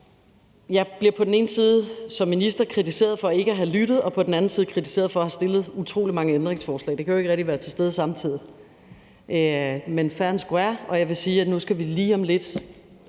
Jeg bliver på den ene side kritiseret som minister for ikke at have lyttet og på den anden side kritiseret for at have stillet utrolig mange ændringsforslag. Det kan jo ikke rigtig være til stede samtidig. Men fair and square. Der var en, der sagde, at